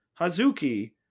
Hazuki